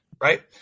right